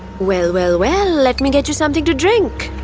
well, well, well. let me get you something to drink.